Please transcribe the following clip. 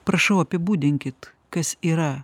prašau apibūdinkit kas yra